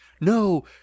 no